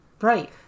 Right